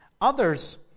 Others